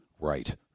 Right